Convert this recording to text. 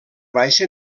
baixa